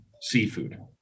seafood